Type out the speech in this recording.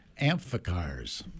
amphicars